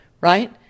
right